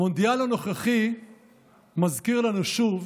המונדיאל הנוכחי מזכיר לנו שוב